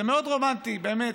זה מאוד רומנטי, באמת,